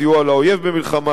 סיוע לאויב במלחמה,